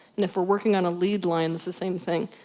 and if we're working on a lead line it's the same thing.